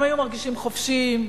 הם היו מרגישים חופשיים,